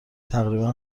تقریبا